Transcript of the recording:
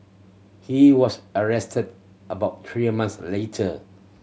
he was arrested about three months later